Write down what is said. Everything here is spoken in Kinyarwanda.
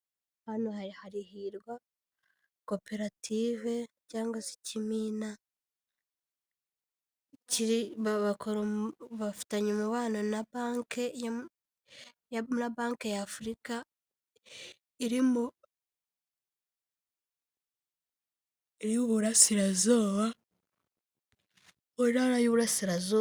Hano hari Hirwa koperative cyangwa se ikimina, bafitanye umubano na banki y'Afurika, iri mu ntara y'Uburasirazuba.